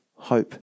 hope